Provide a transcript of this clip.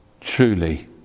truly